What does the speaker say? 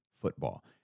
football